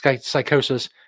psychosis